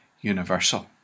universal